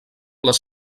les